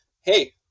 hey